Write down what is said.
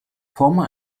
former